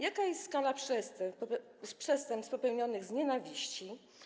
Jaka jest skala przestępstw popełnionych z nienawiści?